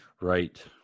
right